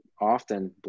often